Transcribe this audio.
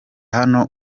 hano